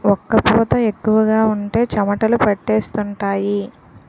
ఒక్క పూత ఎక్కువగా ఉంటే చెమటలు పట్టేస్తుంటాయి